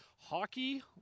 Hockey